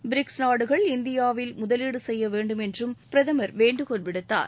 BRICS நாடுகள் இந்தியாவில் முதலீடு செய்ய வேண்டும் என்றும் பிரதமர் வேண்டுகோள் விடுத்தார்